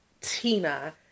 Tina